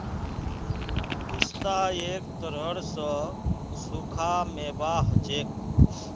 पिस्ता एक तरह स सूखा मेवा हछेक